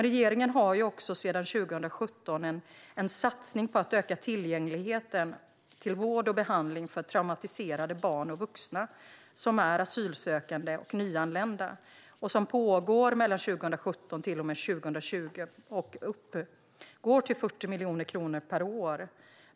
Regeringen har också sedan 2017 en satsning på att öka tillgängligheten till vård och behandling för traumatiserade barn och vuxna som är asylsökande och nyanlända. Denna satsning pågår mellan 2017 och 2020 och uppgår till 40 miljoner kronor per år.